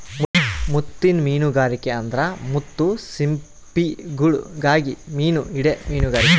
ಮುತ್ತಿನ್ ಮೀನುಗಾರಿಕೆ ಅಂದ್ರ ಮುತ್ತು ಸಿಂಪಿಗುಳುಗಾಗಿ ಮೀನು ಹಿಡೇ ಮೀನುಗಾರಿಕೆ